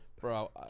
Bro